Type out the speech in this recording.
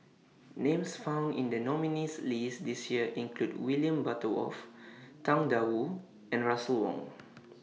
Names found in The nominees' list This Year include William Butterworth Tang DA Wu and Russel Wong